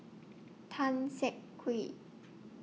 Tan Siak Kew